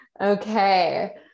Okay